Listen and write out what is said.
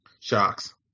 Sharks